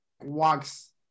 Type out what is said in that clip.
walks